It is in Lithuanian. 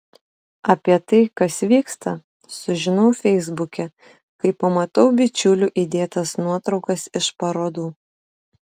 apie tai kas vyksta sužinau feisbuke kai pamatau bičiulių įdėtas nuotraukas iš parodų